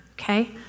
Okay